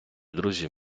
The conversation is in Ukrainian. друзів